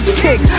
kick